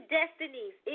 destinies